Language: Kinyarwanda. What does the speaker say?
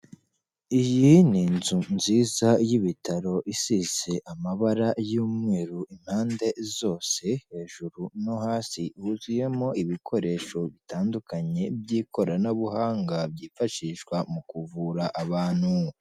Iyi ni inzu nziza y'ibitaro isize amabara y'umweru impande zose, hejuru no hasi huzuyemo ibikoresho bitandukanye by'ikoranabuhanga byifashishwa mu kuvura abantu.